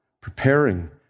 preparing